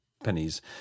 pennies